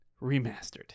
Remastered